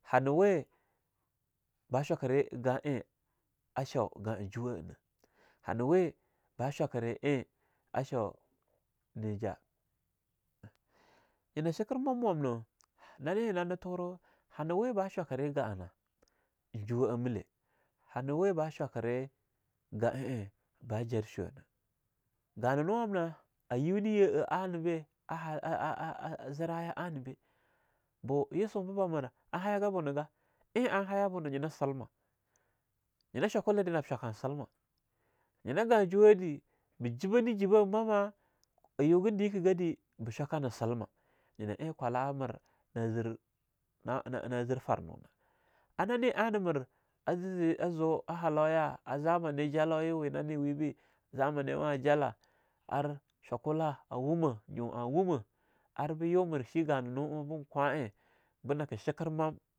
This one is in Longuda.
Hanah we ba shwakere ga'a ein a shau ga junah a nah, hanah we ba shwakire eing a shau ne ja. Nyina shekir mamwamnah nane nanah turu hanah we ba shwakire gah nah eing juwa'a mile, hanah we ba shwakire ga'a eing ba jar shohna gananu amna a yune yi'a anabe a ha a-a-a ziraya anah be, boo yisun bah bamir, a haiga buna gah eing an hayah bunah nyinah Silma. Nyina shwakule dah nab shwakah na Silma, nyina ga'a juwade ba jiba ne jiba mama ayu gan dinki gadeh bah shwaka na Selma. Nyina eing kwala'a mir na zir nanana zir farnuna a nane ana mir a zeze azu a halauya a zamani jalauya we nane webeh zamaniwa ajalah ar shwakulah a wumah nyua wumah, ar bo yu mir shi gananu'a bin kwahnei binake shiker mahm.